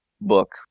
book